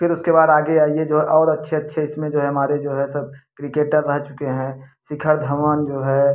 फिर उसके बाद आगे आइए जो है और अच्छे अच्छे इसमें जो है हमारे जो है सब क्रिकेटर रह चुके हैं शिखर धवन जो है